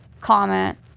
comment